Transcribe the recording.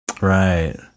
Right